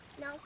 No